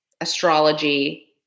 astrology